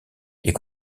est